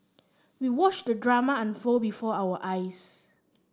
we watched the drama unfold before our eyes